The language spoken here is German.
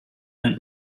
nennt